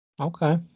Okay